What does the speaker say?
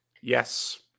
Yes